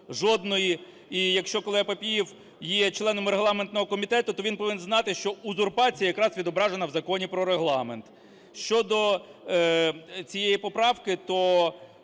жодної. І якщо колега Папієв є членом регламентного комітету, то він повинен знати, що узурпація якраз відображена в Законі про Регламент. Щодо цієї поправки, то